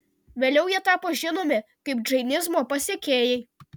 vėliau jie tapo žinomi kaip džainizmo pasekėjai